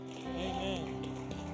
amen